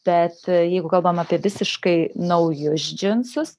bet jeigu kalbam apie visiškai naujus džinsus